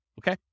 okay